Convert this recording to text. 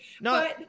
No